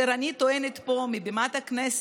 אני טוענת פה, מבימת הכנסת,